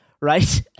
right